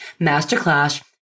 masterclass